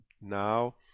now